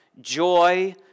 joy